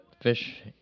fish